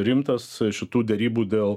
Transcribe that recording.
rimtas šitų derybų dėl